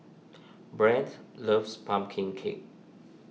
Brande loves Pumpkin Cake